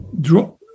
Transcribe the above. drop